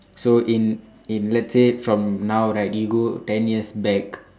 so in in let's say from now right you go ten years back